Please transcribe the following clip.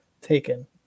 taken